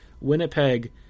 Winnipeg